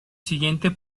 siguiente